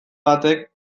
batek